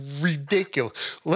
ridiculous